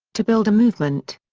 to build a movement.